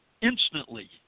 instantly